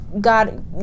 God